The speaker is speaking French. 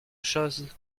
chose